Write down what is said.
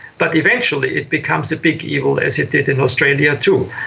but eventually it becomes a big evil, as it did in australia too.